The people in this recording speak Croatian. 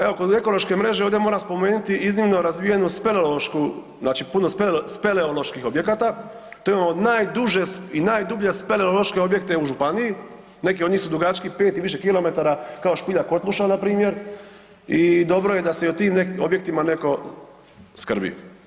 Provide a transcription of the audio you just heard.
Evo kroz ekološke mreže, ovdje moram spomenuti iznimno razvijenu speleološku, znači puno speleoloških objekata, tu imamo najduže i najdublje speleološke objekte u županiji, neki od njih su dugački 5 i više kilometara kao špilja Kotluša npr. i dobro je da se i o tim objektima neko skrbi.